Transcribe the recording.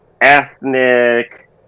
ethnic